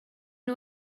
nhw